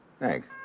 thanks